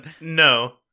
No